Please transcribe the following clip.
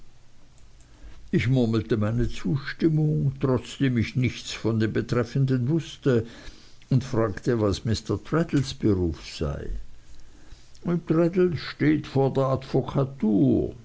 ich murmelte meine zustimmung trotzdem ich nichts von dem betreffenden wußte und fragte was mr traddles beruf sei traddles steht vor der advokatur